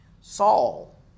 Saul